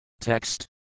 Text